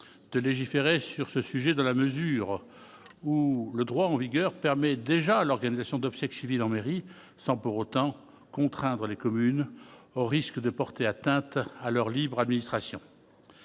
de légiférer sur ce sujet, dans la mesure où le droit en vigueur permet déjà à l'organisation d'obsèques civiles en mairie sans pour autant contraindre les communes au risque de porter atteinte à leur libre administration.